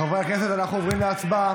חברי הכנסת, אנחנו עוברים להצבעה,